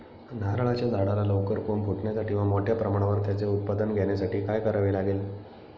नारळाच्या झाडाला लवकर कोंब फुटण्यासाठी व मोठ्या प्रमाणावर त्याचे उत्पादन घेण्यासाठी काय करावे लागेल?